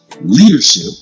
leadership